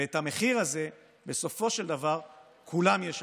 ואת המחיר הזה בסופו של דבר כולם ישלמו.